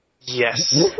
Yes